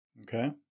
Okay